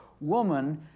woman